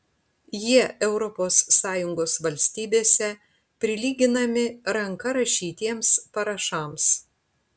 jie europos sąjungos valstybėse prilyginami ranka rašytiems parašams